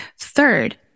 Third